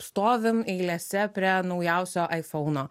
stovim eilėse prie naujausio aifouno